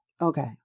Okay